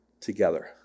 together